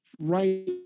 right